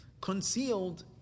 concealed